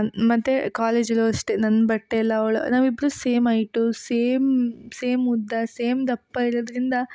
ಮತ್ತು ಕಾಲೇಜಲ್ಲೂ ಅಷ್ಟೇ ನನ್ನ ಬಟ್ಟೆ ಎಲ್ಲ ಅವ್ಳು ನಾವಿಬ್ರೂ ಸೇಮ್ ಐಟು ಸೇಮ್ ಸೇಮ್ ಉದ್ದ ಸೇಮ್ ದಪ್ಪ ಇರೋದ್ರಿಂದ